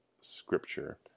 scripture